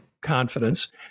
confidence